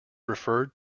referred